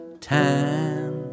time